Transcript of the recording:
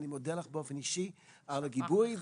אני מודה לך באופן אישי על הגיבוי.